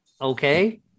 okay